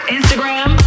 Instagram